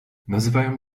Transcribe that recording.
nazywają